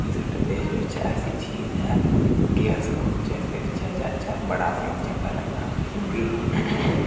कि साढ़ै देश बिच्च ऐसा चीज़ ऐ कि अस घूमचै फिरचै जाचै बड़ा असेंगी चंगा लगदा क्योंकि